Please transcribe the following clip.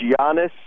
Giannis